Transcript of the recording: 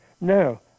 no